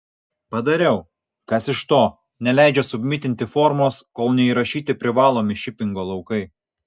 padariau kas iš to neleidžia submitinti formos kol neįrašyti privalomi šipingo laukai